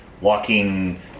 walking